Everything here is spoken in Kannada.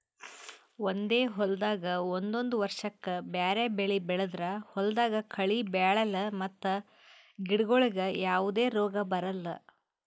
ಒಂದೇ ಹೊಲ್ದಾಗ್ ಒಂದೊಂದ್ ವರ್ಷಕ್ಕ್ ಬ್ಯಾರೆ ಬೆಳಿ ಬೆಳದ್ರ್ ಹೊಲ್ದಾಗ ಕಳಿ ಬೆಳ್ಯಾಲ್ ಮತ್ತ್ ಗಿಡಗೋಳಿಗ್ ಯಾವದೇ ರೋಗ್ ಬರಲ್